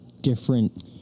different